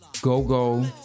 go-go